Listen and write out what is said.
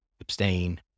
abstain